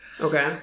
Okay